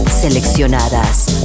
seleccionadas